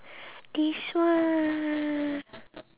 this one